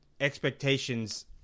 expectations